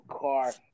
car